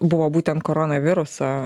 buvo būtent korona viruso